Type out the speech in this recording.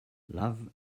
love